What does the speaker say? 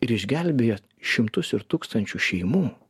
ir išgelbėja šimtus ir tūkstančius šeimų